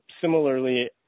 similarly